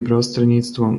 prostredníctvom